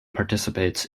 participates